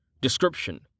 Description